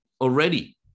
already